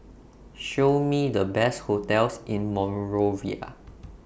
Show Me The Best hotels in Monrovia